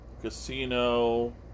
casino